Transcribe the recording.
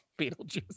Beetlejuice